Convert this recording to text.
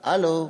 הלו?